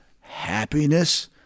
happiness